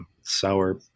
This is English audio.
sour